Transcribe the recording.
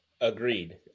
Agreed